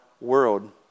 world